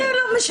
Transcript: מה זה לא משנה?